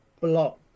block